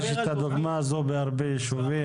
יש את הדוגמה הזו בהרבה ישובים,